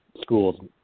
schools